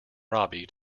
robbie